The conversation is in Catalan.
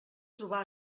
trobar